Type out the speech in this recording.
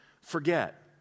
forget